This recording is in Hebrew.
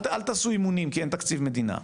אל תעשו אימונים כי אין תקציב מדינה,